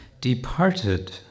departed